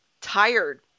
tired